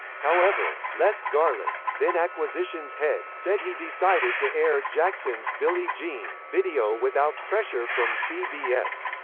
however, les garland, then acquisitions head, said he decided to air jackson's billie jean video without pressure from cbs.